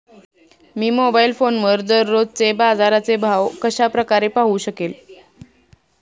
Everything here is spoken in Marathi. मी मोबाईल फोनवर दररोजचे बाजाराचे भाव कशा प्रकारे पाहू शकेल?